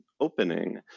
opening